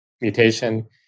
mutation